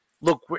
look